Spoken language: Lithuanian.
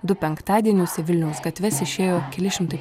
du penktadienius į vilniaus gatves išėjo keli šimtai